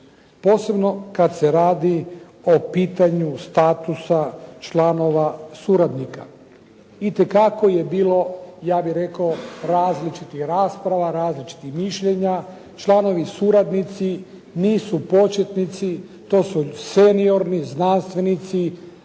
posebno kad se radi o pitanju statusa članova suradnika. Itekako je bilo ja bih rekao različitih rasprava, različitih mišljenja. Članovi suradnici nisu početnici, to su seniorni znanstvenici,